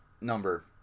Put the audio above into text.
number